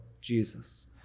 Jesus